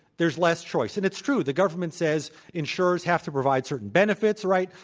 there's less choice. and it's true. the government says insurers have to provide certain benefits right.